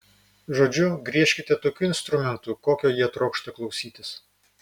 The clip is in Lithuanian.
žodžiu griežkite tokiu instrumentu kokio jie trokšta klausytis